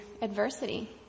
adversity